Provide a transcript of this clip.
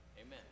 Amen